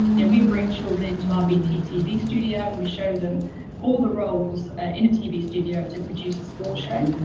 yeah we bring children into our bt tv studio and we show them all the roles in a tv studio to produce a sports show.